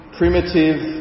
primitive